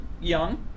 young